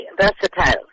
versatile